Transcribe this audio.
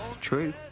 True